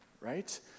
Right